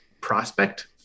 prospect